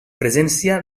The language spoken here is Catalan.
presència